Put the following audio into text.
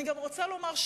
אני גם רוצה לומר,